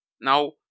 Now